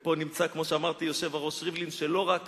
ופה נמצא היושב-ראש ריבלין, שכמו שאמרתי שלא רק